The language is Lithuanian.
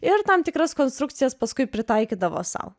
ir tam tikras konstrukcijas paskui pritaikydavo sau